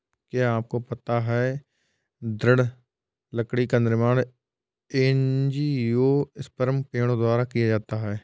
क्या आपको पता है दृढ़ लकड़ी का निर्माण एंजियोस्पर्म पेड़ों द्वारा किया जाता है?